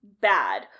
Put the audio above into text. bad